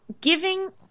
giving